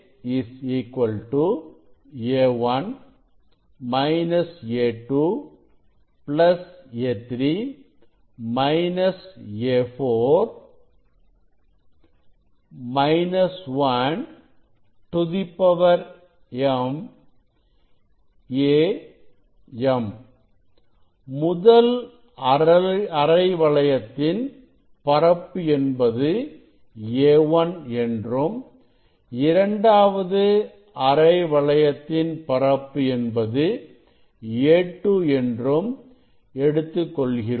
A A1 A2 A3 - A4 m Am முதல் அரை வளையத்தின் பரப்பு என்பது A1 என்றும் இரண்டாவது அரை வளையத்தின் பரப்பு என்பது A2 என்றும் எடுத்துக் கொள்கிறோம்